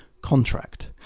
contract